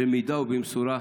במידה ובמשורה.